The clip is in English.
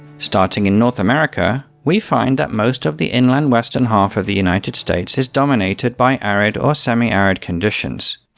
starting in north america, we find that most of the inland western half of the united states is dominated by arid or semi-arid conditions.